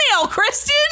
Kristen